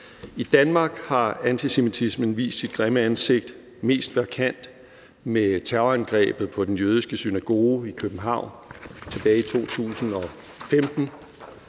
I Danmark har antisemitismen vist sit grimme ansigt mest markant med terrorangrebet på den jødiske synagoge i København tilbage i 2015,